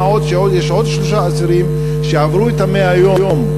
מה עוד שיש עוד שלושה אסירים שעברו את ה-100 יום,